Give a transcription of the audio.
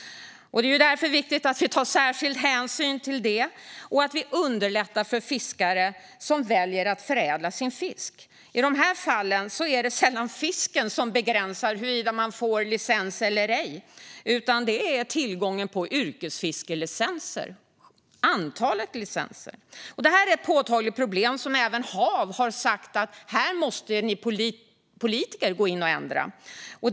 Det är därför viktigt att vi tar särskild hänsyn till det och underlättar för fiskare som väljer att förädla sin fisk. I dessa fall är det sällan fisken som avgör huruvida man får licens eller ej utan tillgången på yrkesfiskelicenser - antalet licenser. Detta är ett påtagligt problem, och även HaV har sagt att vi politiker måste gå in och ändra det.